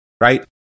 right